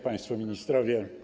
Państwo Ministrowie!